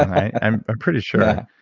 ah i'm ah pretty sure.